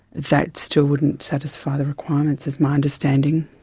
that's still wouldn't satisfy the requirements, is my understanding.